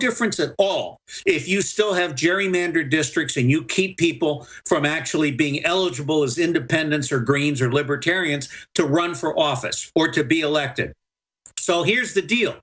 difference at all if you still have gerrymandered districts and you keep people from actually being eligible as independents or greens or libertarians to run for office or to be elected so here's the deal